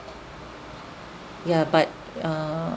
ya but err